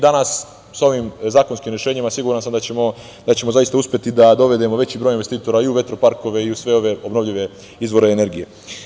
Danas sa ovim zakonskim rešenjima siguran sam da ćemo uspeti da dovedemo veći broj investitora i u vetroparkove i u sve ove obnovljive izvore energije.